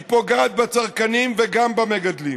פוגעת בצרכנים וגם במגדלים,